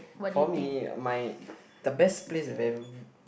for me my the best place will